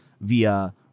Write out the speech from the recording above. via